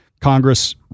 Congress